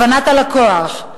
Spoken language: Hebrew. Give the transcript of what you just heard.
הבנת הלקוח,